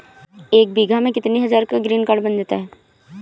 एक बीघा में कितनी हज़ार का ग्रीनकार्ड बन जाता है?